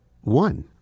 One